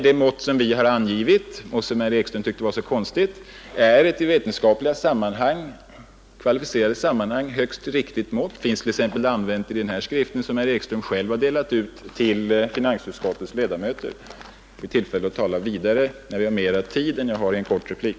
Det mått som vi har angivit — och som herr Ekström tyckte var så konstigt — är ett i vetenskapligt kvalificerade sammanhang riktigt mått. Det finns t.ex. använt i den här skriften, som herr Ekström själv har delat ut till finansutskottets ledamöter. Vi får väl tillfälle att tala vidare om detta när vi får mera tid än jag har i en kort replik.